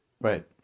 Right